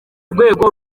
rwego